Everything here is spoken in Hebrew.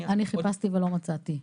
אני חיפשתי ולא מצאתי.